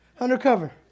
Undercover